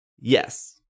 Yes